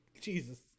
Jesus